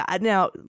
now